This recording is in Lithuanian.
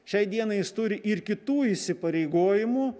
šiai dienai jis turi ir kitų įsipareigojimų